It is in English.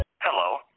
Hello